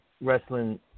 wrestling